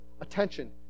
attention